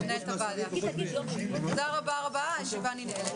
הישיבה ננעלה בשעה